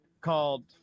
called